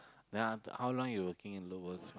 then after how long you working in